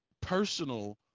personal